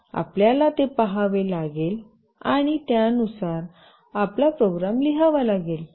आपल्याला ते पहावे लागेल आणि त्यानुसार आपला प्रोग्राम लिहावा लागेल